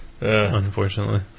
unfortunately